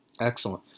Excellent